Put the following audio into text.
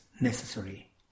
necessary